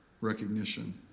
recognition